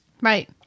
Right